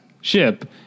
ship